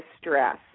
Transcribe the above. stress